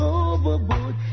overboard